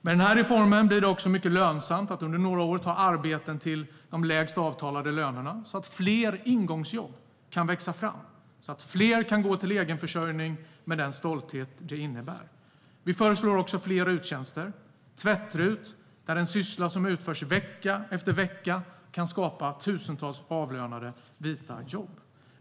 Med denna reform blir det också mycket lönsamt att under några år ta arbeten till de lägsta avtalade lönerna, så att fler ingångsjobb kan växa fram och så att fler kan gå till egenförsörjning med den stolthet som det innebär. Vi föreslår också fler RUT-tjänster, till exempel tvätt-RUT, där en syssla som utförs vecka efter vecka kan skapa tusentals avlönade vita jobb.